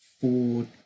four